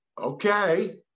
okay